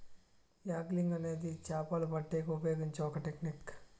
angling అనేది చాపలు పట్టేకి ఉపయోగించే ఒక టెక్నిక్